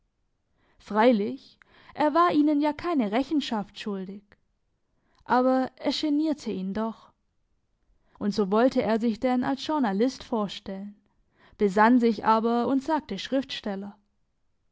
freilich er war ihnen ja keine rechenschaft schuldig aber es genierte ihn doch und so wollte er sich denn als journalist vorstellen besann sich aber und sagte schriftsteller